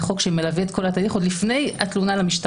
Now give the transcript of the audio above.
לחוק שמלווה את כל התהליך עוד לפני התלונה למשטרה.